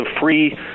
free